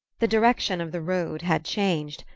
the direction of the road had changed,